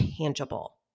tangible